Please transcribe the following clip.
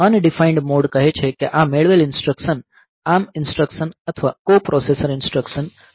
undefined mode કહે છે કે આ મેળવેલ ઈન્સ્ટ્રકશન ARM ઈન્સ્ટ્રકશન અથવા કોપ્રોસેસર ઈન્સ્ટ્રકશન નથી